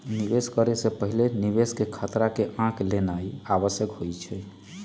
निवेश करे से पहिले निवेश खतरा के आँक लेनाइ आवश्यक होइ छइ